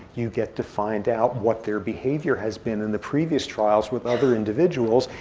you get to find out what their behavior has been in the previous trials with other individuals.